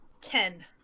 ten